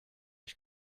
ich